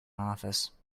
office